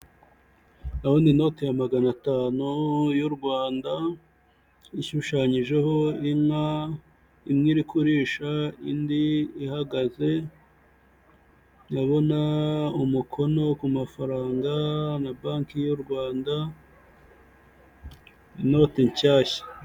Ndaboa inoti ya magana atanu y'u Rwanda ishushanyijeho inka imwe iri kurisha indi ihagaze, ndabona umukono ku mafaranga na banki y'u Rwanda inoti nshyashya.